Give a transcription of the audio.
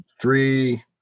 three